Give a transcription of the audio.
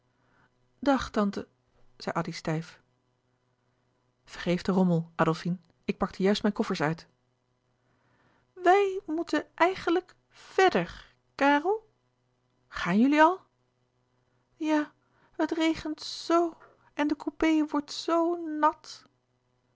dag tante zei addy stijf vergeef de rommel adolfine ik pakte juist mijn koffers uit wij moeten eigenlijk vèrder kàrel gaan jullie al ja het regent zo en de coupé wordt zoo nàt